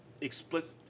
explicit